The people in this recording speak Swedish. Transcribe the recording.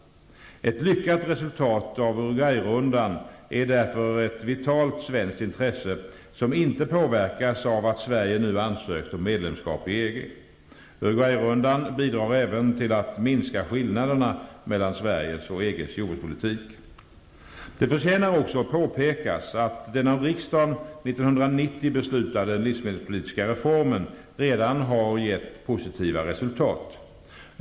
Ett lyckat resultat av Uruguayrundan är därför ett vitalt svenskt intresse som inte påverkas av att Sverige nu ansökt om medlemskap i EG. Uruguayrundan bidrar även till att minska skillnaderna mellan Sveriges och EG:s jordbrukspolitik. Det förtjänar också att påpekas att den av riksdagen år 1990 beslutade livsmedelspolitiska reformen redan gett positiva resultat.